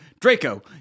Draco